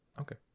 Okay